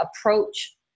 approach